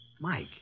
Mike